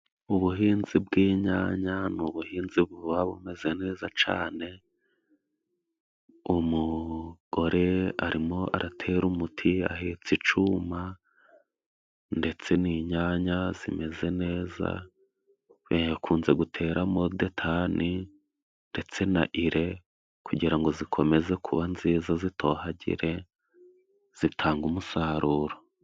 Ubuhinzi bw'inyanya ni ubuhinzi buba bumeze neza cane. Umugore ari mo aratera umuti ahetse icuma, ndetse n'inyanya zimeze neza. We yakunze gutera mo detanI ndetse na ire kugira ngo zikomeze kuba nziza, zitohagire, zitanga umusaruro.